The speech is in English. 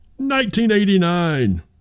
1989